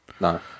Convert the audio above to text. No